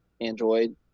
Android